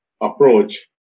approach